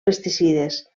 pesticides